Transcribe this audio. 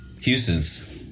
Houston's